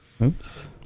Oops